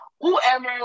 whoever